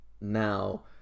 Now